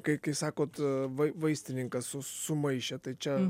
kai kai sakot vai vaistininkas su sumaišė tai čia